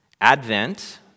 Advent